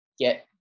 get